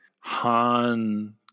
Han